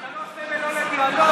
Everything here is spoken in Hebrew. אתה לא סמל לא לדיאלוג,